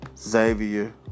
Xavier